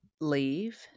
leave